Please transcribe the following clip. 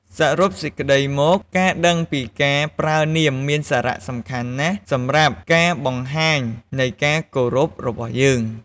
សរុបសេក្តីមក ការដឹងពីការប្រើនាមមានសារៈសំខាន់ណាស់សម្រាប់ការបង្ហាញនៃការគោរពរបស់យើង។